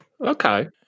Okay